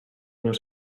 nos